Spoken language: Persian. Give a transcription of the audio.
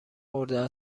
خورده